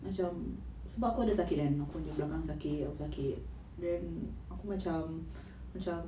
macam sebab aku ada sakit kan aku nya belakang git then aku macam macam